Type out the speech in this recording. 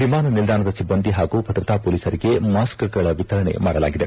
ವಿಮಾನ ನಿಲ್ವಾಣದ ಸಿಬ್ಬಂದಿ ಹಾಗೂ ಭದ್ರತಾ ಮೊಲೀಸರಿಗೆ ಮಾಸ್ಕ್ ಗಳ ವಿತರಣೆ ಮಾಡಲಾಗಿದೆ